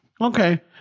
okay